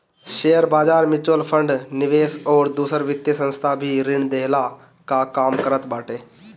शेयरबाजार, mutual fund, निवेश अउरी दूसर वित्तीय संस्था भी ऋण देहला कअ काम करत बाटे